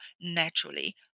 naturally